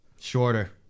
Shorter